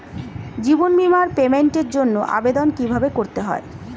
জীবন বীমার পেমেন্টের জন্য আবেদন কিভাবে করতে হয়?